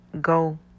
go